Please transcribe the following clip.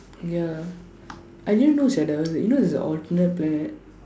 ya I didn't know sia there was a you know there is a alternate planet